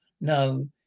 no